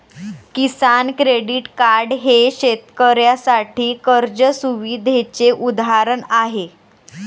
किसान credit card हे शेतकऱ्यांसाठी कर्ज सुविधेचे उदाहरण आहे